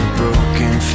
broken